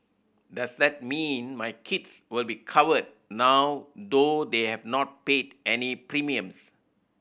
does that mean my kids will be covered now though they have not paid any premiums